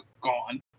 gone